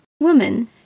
woman